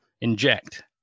inject